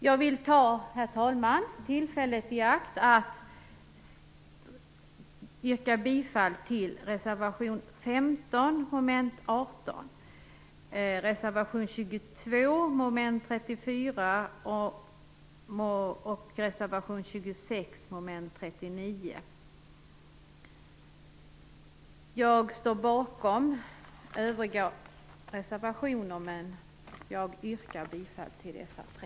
Jag vill ta tillfället i akt och yrka bifall till reservation 15 mom. 18, reservation 22 mom. 34 och reservation 26 mom. 39. Jag står bakom övriga reservation men yrkar endast bifall till dessa tre.